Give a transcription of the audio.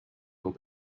will